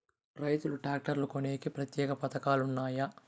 రైతులు ట్రాక్టర్లు కొనేకి ప్రత్యేక పథకాలు ఉన్నాయా?